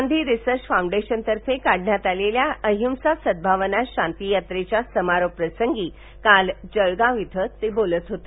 Gandhi research फाऊंडेशनतर्फे काढण्यात आलेल्या अहिंसा सद्भावना शांती यात्रेच्या समारोपाप्रसंगी काल जळगांव इथं ते बालत होते